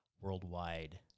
worldwide